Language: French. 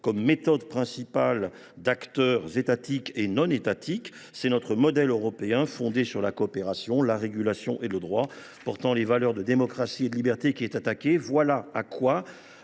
comme méthode principale d’acteurs étatiques et non étatiques, c’est notre modèle européen fondé sur la coopération, la régulation et le droit, modèle porteur de nos valeurs de démocratie et de liberté, qui est attaqué. Voilà ce à quoi